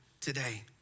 today